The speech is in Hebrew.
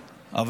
לטפל.